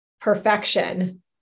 perfection